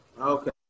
Okay